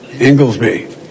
Inglesby